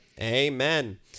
Amen